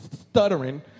stuttering